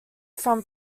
from